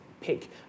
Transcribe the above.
pick